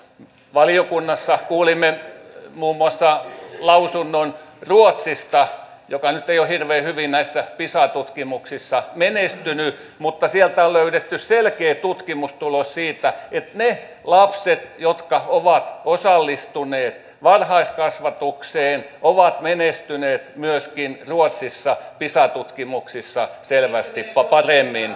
valiokunnassa kuulimme muun muassa lausunnon ruotsista joka nyt ei ole hirveän hyvin näissä pisa tutkimuksissa menestynyt että sieltä on löydetty selkeä tutkimustulos siitä että ne lapset jotka ovat osallistuneet varhaiskasvatukseen ovat menestyneet myöskin ruotsissa pisa tutkimuksissa selvästi paremmin